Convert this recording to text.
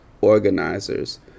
organizers